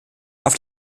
auf